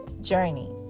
journey